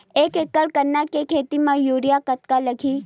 एक एकड़ गन्ने के खेती म यूरिया कतका लगही?